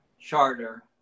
charter